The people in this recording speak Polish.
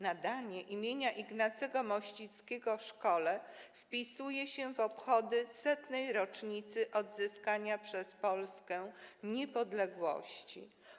Nadanie imienia Ignacego Mościckiego szkole wpisuje się w obchody 100. rocznicy odzyskania przez Polskę niepodległości.